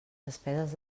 despeses